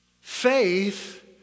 Faith